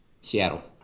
Seattle